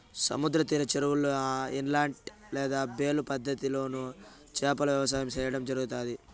సముద్ర తీర చెరువులలో, ఇనలేట్ లేదా బేలు పద్ధతి లోను చేపల వ్యవసాయం సేయడం జరుగుతాది